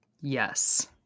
yes